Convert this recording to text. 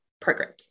programs